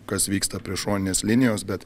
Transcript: kas vyksta prie šoninės linijos bet